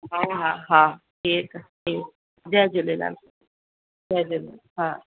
हा हा हा ठीकु आहे ठीकु जय झूलेलाल जय झूलेलाल हा